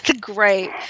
great